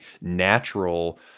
natural